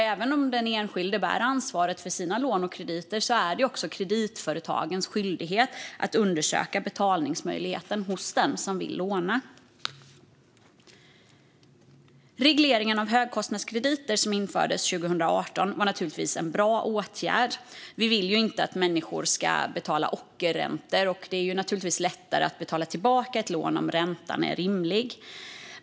Även om den enskilde bär ansvaret för sina lån och krediter är det också kreditföretagens skyldighet att undersöka betalningsmöjligheten hos den som vill låna. Regleringen av högkostnadskrediter som infördes 2018 var naturligtvis en bra åtgärd. Vi vill ju inte att människor ska betala ockerräntor, och det är naturligtvis lättare att betala tillbaka ett lån om räntan är rimlig.